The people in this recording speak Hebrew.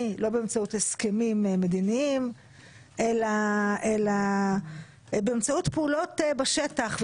ולא באמצעות הסכמים מדיניים אלא באמצעות פעולות בשטח,